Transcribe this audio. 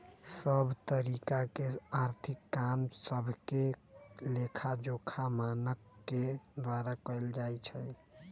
सभ तरिका के आर्थिक काम सभके लेखाजोखा मानक के द्वारा कएल जाइ छइ